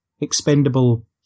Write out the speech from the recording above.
expendable